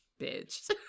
bitch